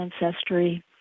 ancestry